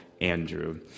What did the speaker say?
Andrew